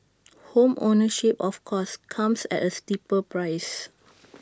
home ownership of course comes at A steeper price